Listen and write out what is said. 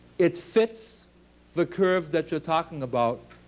it fits the curve that you're talking about